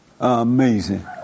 Amazing